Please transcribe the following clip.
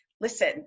Listen